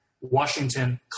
Washington